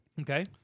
Okay